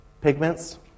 pigments